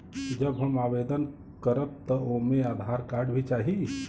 जब हम आवेदन करब त ओमे आधार कार्ड भी चाही?